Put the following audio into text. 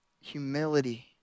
humility